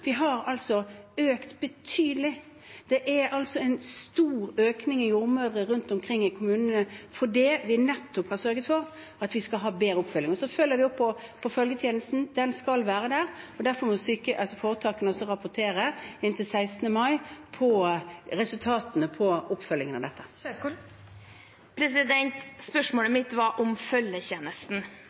betydelig økning i antallet jordmødre rundt omkring i kommunene, fordi vi nettopp har sørget for at vi skal ha bedre oppfølging. Så følger vi opp når det gjelder følgetjenesten. Den skal være der. Derfor må foretakene den 16. mai rapportere inn resultatene av oppfølgingen av dette. Ingvild Kjerkol – til oppfølgingsspørsmål. Spørsmålet mitt gjaldt følgetjenesten.